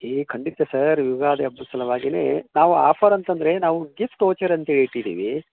ಏ ಖಂಡಿತ ಸರ್ ಯುಗಾದಿ ಹಬ್ಬದ್ ಸಲವಾಗಿನೇ ನಾವು ಆಫರ್ ಅಂತಂದರೆ ನಾವು ಗಿಫ್ಟ್ ವೋಚರ್ ಅಂತೇಳಿ ಇಟ್ಟಿದ್ದೀವಿ